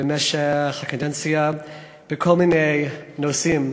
במשך הקדנציה בכל מיני נושאים